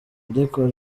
ariko